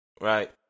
Right